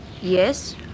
Yes